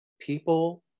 people